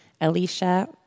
Alicia